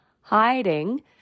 hiding